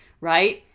right